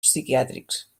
psiquiàtrics